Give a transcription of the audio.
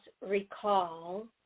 recall